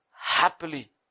happily